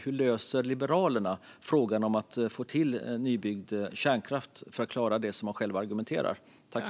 Hur löser Liberalerna frågan om att få till nybyggd kärnkraft för att klara det som de själva argumenterar för?